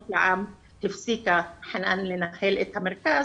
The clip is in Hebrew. ואמנויות לעם הפסיקה חנאן לנהל את המרכז,